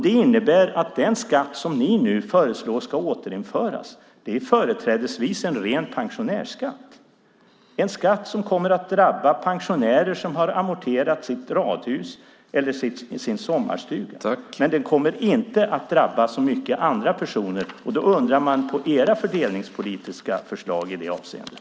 Det innebär att den skatt som ni nu föreslår ska återinföras företrädesvis är en ren pensionärsskatt. Det är en skatt som kommer att drabba pensionärer som har amorterat lånen på sitt radhus eller sin sommarstuga. Men den kommer inte att drabba andra personer så mycket. Därför undrar man över era fördelningspolitiska förslag i det avseendet.